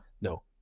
No